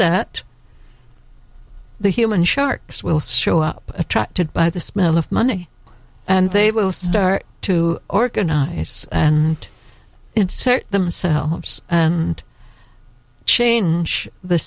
that the human sharks will show up attracted by the smell of money and they will start to organize and insert themselves and change